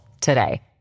today